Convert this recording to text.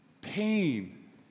pain